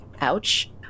Ouch